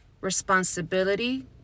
responsibility